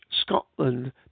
Scotland